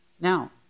Now